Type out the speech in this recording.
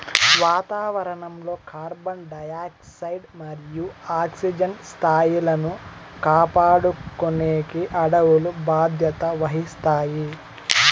వాతావరణం లో carbon dioxide మరియు ఆక్సిజన్ స్థాయిలను కాపాడుకునేకి అడవులు బాధ్యత వహిస్తాయి